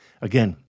Again